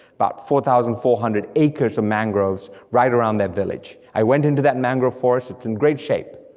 about four thousand four hundred acres of mangroves, right around their village. i went into that mangrove forest, it's in great shape.